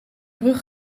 brug